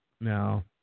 No